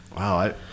Wow